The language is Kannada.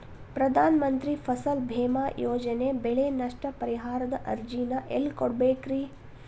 ಪ್ರಧಾನ ಮಂತ್ರಿ ಫಸಲ್ ಭೇಮಾ ಯೋಜನೆ ಬೆಳೆ ನಷ್ಟ ಪರಿಹಾರದ ಅರ್ಜಿನ ಎಲ್ಲೆ ಕೊಡ್ಬೇಕ್ರಿ?